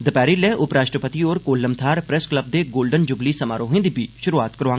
दपैह्री'लै उपराश्ट्रपति होर कोल्लम थाह्र प्रेस क्लब दे गोल्डन जुबली समारोहें दी बी षुरुआत करोआङन